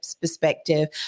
perspective